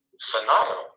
phenomenal